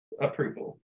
approval